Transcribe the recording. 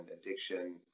addiction